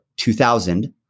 2000